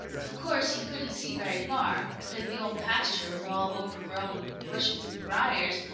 of course he couldn't see very far, because the old pasture was all overgrown with bushes and briars,